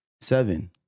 seven